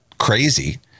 crazy